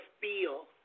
feel